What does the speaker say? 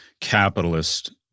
capitalist